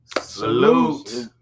salute